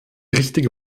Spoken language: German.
richtige